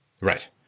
Right